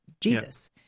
Jesus